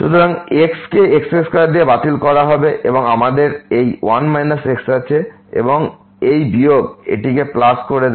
সুতরাং এই x কে x2 দিয়ে বাতিল করা হবে আমাদের এই 1 x আছে এবং এই বিয়োগ এটিকে প্লাস করে দেবে